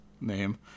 name